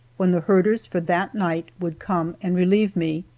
when the herders for that night would come and relieve me.